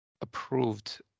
approved